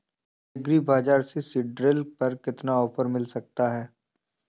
Agree बाजार से seed drill पर कितना ऑफर मिल सकता है?